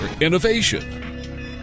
innovation